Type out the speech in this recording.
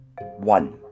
One